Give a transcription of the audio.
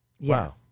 Wow